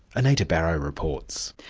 anita barraud reports.